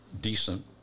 decent